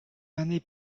many